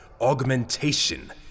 Augmentation